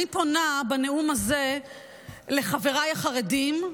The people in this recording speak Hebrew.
אני פונה בנאום הזה לחבריי החרדים,